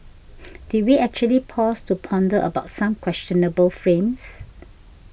did we actually pause to ponder about some questionable frames